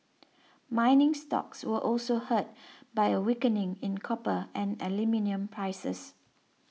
mining stocks were also hurt by a weakening in copper and aluminium prices